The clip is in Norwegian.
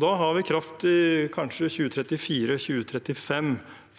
Da har vi kraft i kanskje 2034–2035